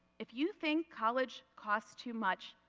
if you think college costs too much,